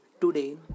Today